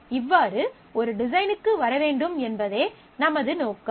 இவ்வாறு ஒரு டிசைனுக்கு வர வேண்டும் என்பதே நமது நோக்கம்